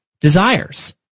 desires